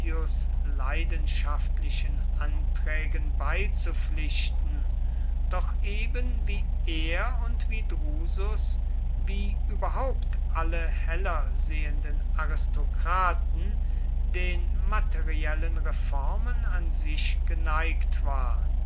leidenschaftlichen anträgen beizupflichten doch eben wie er und wie drusus wie überhaupt alle heller sehenden aristokraten den materiellen reformen an sich geneigt war